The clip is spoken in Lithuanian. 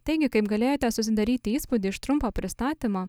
taigi kaip galėjote susidaryti įspūdį iš trumpo pristatymo